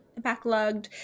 backlogged